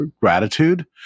gratitude